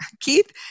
Keith